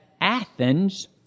Athens